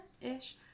Ish